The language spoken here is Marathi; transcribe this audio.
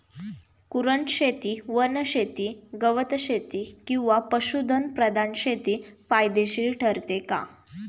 कुरणशेती, वनशेती, गवतशेती किंवा पशुधन प्रधान शेती फायदेशीर ठरते का?